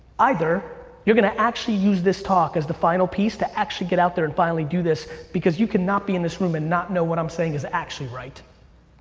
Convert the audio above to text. either you're gonna actually use this talk as the final piece to actually get out there and finally do this because you cannot be in this room and not know what i'm saying is actually right.